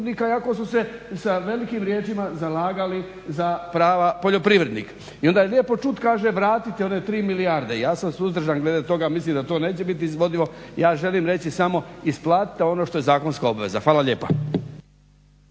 iako su se sa velikim riječima zalagali za prava poljoprivrednika. I onda je lijepo čuti, kaže vratiti one tri milijarde. Ja sam suzdržan glede toga, mislim da to neće biti izvodivo, ja želim reći samo isplatite ono što je zakonska obveza. Hvala lijepa.